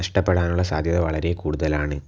നഷ്ടപ്പെടാനുള്ള സാധ്യത വളരേ കൂടുതലാണ്